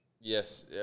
Yes